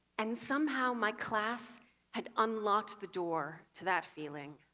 and somehow my class had unlocked the door to that feeling.